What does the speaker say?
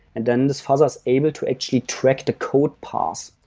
and then this fuzzer is able to actually track the code pass.